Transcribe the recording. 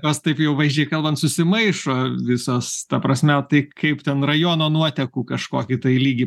jos taip jau vaizdžiai kalbant susimaišo visos ta prasme tai kaip ten rajono nuotekų kažkokį tai lygį